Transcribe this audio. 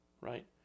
Right